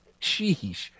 Sheesh